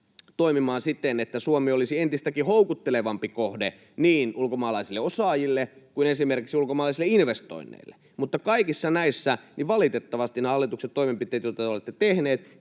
toimimaan siten, että Suomi olisi entistäkin houkuttelevampi kohde niin ulkomaalaisille osaajille kuin esimerkiksi ulkomaalaisille investoinneille — kaikissa näissä valitettavasti hallituksen toimenpiteet, joita te olette tehneet,